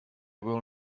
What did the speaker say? will